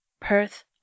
Perth